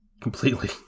Completely